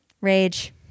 Rage